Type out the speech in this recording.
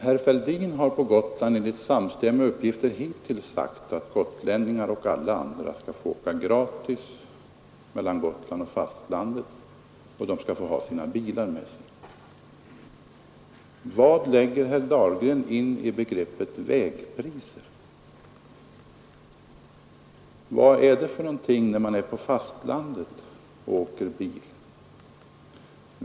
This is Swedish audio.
Herr Fälldin har på Gotland enligt samstämmiga uppgifter hittills sagt att gotlänningar, och alla andra, skall få åka gratis mellan Gotland och fastlandet och att de skall få ta sina bilar med sig gratis. Vad lägger herr Dahlgren in i begreppet vägpriser? Vad är det för något när man är på fastlandet och åker bil?